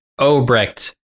Obrecht